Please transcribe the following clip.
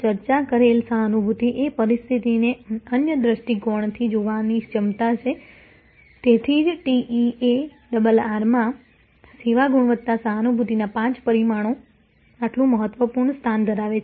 ચર્ચા કરેલ સહાનુભૂતિ એ પરિસ્થિતિને અન્ય દ્રષ્ટિકોણથી જોવાની ક્ષમતા છે તેથી જ TEARR માં સેવા ગુણવત્તા સહાનુભૂતિના પાંચ પરિમાણો આટલું મહત્વપૂર્ણ સ્થાન ધરાવે છે